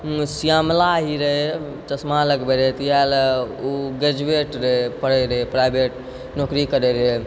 श्यामला ही रहै चश्मा लगबै रहै तऽ इएह लए उ ग्रेजुएट रहै पढ़ै रहै प्राइवेट नौकरी करै रहै